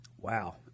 Wow